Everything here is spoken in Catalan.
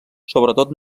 sobretot